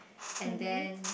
and then